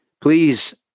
Please